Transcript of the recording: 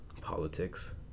politics